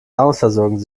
nahrungsversorgung